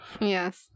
Yes